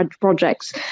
projects